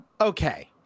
Okay